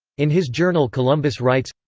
in his journal columbus writes,